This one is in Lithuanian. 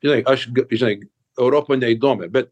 jei aš žinai europa neįdomi bet